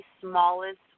smallest